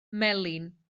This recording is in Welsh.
melin